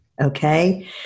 okay